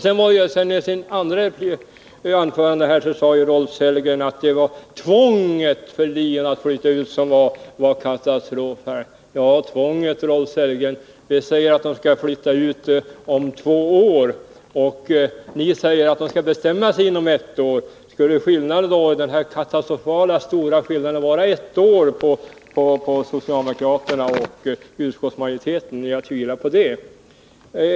I sitt andra anförande sade Rolf Sellgren att det var tvånget för LIN att flytta ut som var katastrof. Beträffande tvånget, Rolf Sellgren, säger vi att LIN skall flytta ut om två år, och ni säger att LIN skall bestämma sig inom ett år. Skulle ett år vara den katastrofala skillnaden mellan socialdemokraterna och utskottsmajoriteten? Jag tvivlar på det.